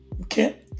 Okay